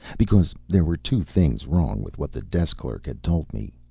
because there were two things wrong with what the desk clerk had told me.